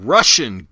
Russian